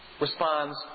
responds